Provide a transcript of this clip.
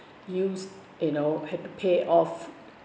use you know had to pay off